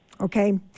Okay